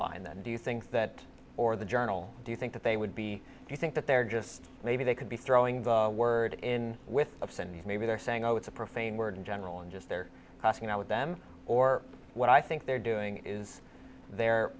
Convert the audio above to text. line then do you think that or the journal do you think that they would be do you think that they're just maybe they could be throwing the word in with offend maybe they're saying oh it's a profane word in general and just their passing out with them or what i think they're doing is they're